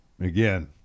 again